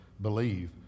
believe